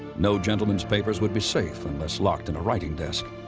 no gentlemen's papers would be safe and but unlocked in a writing desk.